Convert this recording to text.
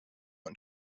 und